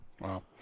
Wow